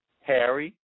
Harry